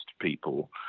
people